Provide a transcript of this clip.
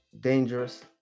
dangerous